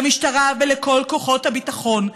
למשטרה ולכל כוחות הביטחון,